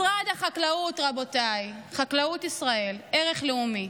משרד החקלאות, רבותיי, חקלאות ישראל, ערך לאומי,